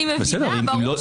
אני מבינה, ברור שצריך.